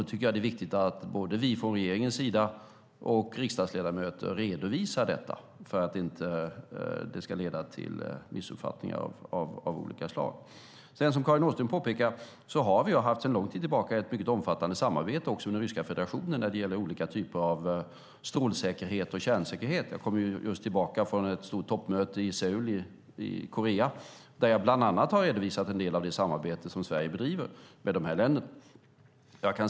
Det är viktigt att vi från regeringens sida och riksdagsledamöter redovisar detta så att det inte leder till missuppfattningar av olika slag. Karin Åström påpekar att vi sedan en lång tid tillbaka har ett omfattande samarbete med Ryska federationen när det gäller strålsäkerhet och kärnsäkerhet. Jag kommer just tillbaka från ett stort toppmöte i Seoul i Korea, där jag bland annat har redovisat en del av det samarbete som Sverige bedriver med dessa länder.